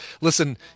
Listen